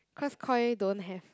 cause Koi don't have